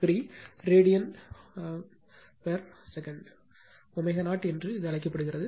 5 103 ரேடியன்வினாடிக்கு ω0 என்று அழைக்கப்படுகிறது